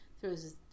throws